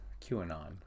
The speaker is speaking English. QAnon